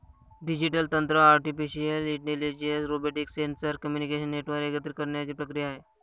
digital तंत्र artificial intelligence, robotics, sensor, communication network एकत्रित करण्याची प्रक्रिया आहे